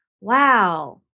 wow